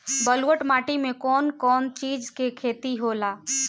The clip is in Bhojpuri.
ब्लुअट माटी में कौन कौनचीज के खेती होला?